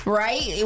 right